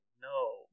no